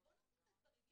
אז בואו נשים את הדברים,